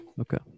Okay